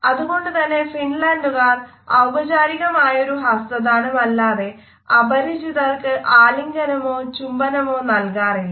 അതുകൊണ്ടുതന്നെ ഫിൻലൻഡുകാർ ഔപചാരികമായൊരു ഹസ്തദാനമല്ലാതെ അപരിചിതർക്ക് ആലിംഗനമോ ചുംബനമോ നൽകാറില്ല